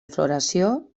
floració